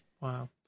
Wow